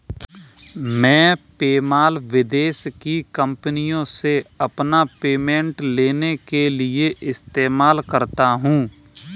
मैं पेपाल विदेश की कंपनीयों से अपना पेमेंट लेने के लिए इस्तेमाल करता हूँ